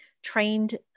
trained